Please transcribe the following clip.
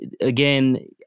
Again